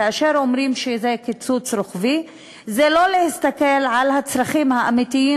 כאשר אומרים שזה קיצוץ רוחבי זה לא להסתכל על הצרכים האמיתיים